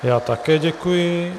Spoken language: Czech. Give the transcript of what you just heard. Já také děkuji.